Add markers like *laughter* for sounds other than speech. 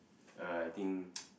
uh I think *noise*